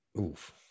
oof